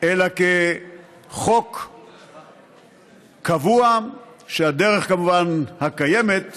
אלא כחוק קבוע, והדרך הקיימת תמיד,